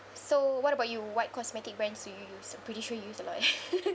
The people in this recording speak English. so what about you what cosmetic brands do you use pretty sure you use a lot